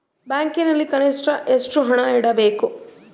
ಬ್ಯಾಂಕಿನಲ್ಲಿ ಕನಿಷ್ಟ ಎಷ್ಟು ಹಣ ಇಡಬೇಕು?